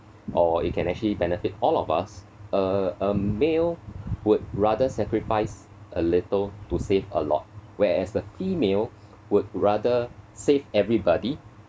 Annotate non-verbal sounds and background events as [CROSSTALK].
or it can actually benefit all of us uh a male would rather sacrifice a little to save a lot whereas the female [BREATH] would rather save everybody